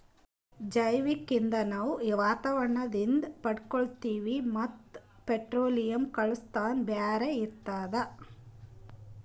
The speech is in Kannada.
ಜೈವಿಕ್ ಇಂಧನ್ ನಾವ್ ವಾತಾವರಣದಿಂದ್ ಪಡ್ಕೋತೀವಿ ಮತ್ತ್ ಪೆಟ್ರೋಲಿಯಂ, ಕೂಳ್ಸಾಕಿನ್ನಾ ಬ್ಯಾರೆ ಇರ್ತದ